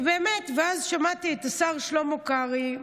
ואז שמעתי את השר שלמה קרעי,